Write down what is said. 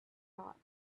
thought